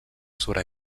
sobre